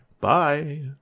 Bye